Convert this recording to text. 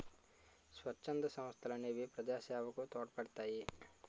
స్వచ్ఛంద సంస్థలనేవి ప్రజాసేవకు తోడ్పడతాయి